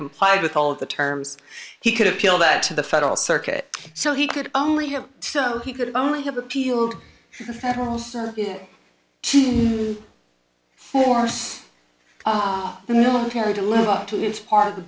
complied with all of the terms he could appeal that to the federal circuit so he could only have so he could only have appealed to force oh the military to live up to its part of the